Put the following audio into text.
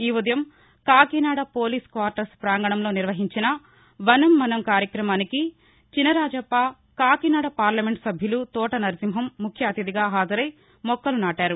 ఈ ఉదయం Kakinada police quarters ప్రాంగణంలో నిర్వహించిన వనం మనం కార్యక్రమానికి చిసరాజప్ప కాకినాడ పార్లమెంట్ సభ్యులు తోట నరసింహం ముఖ్య అతిధిగా హాజరై మొక్కలు నాటారు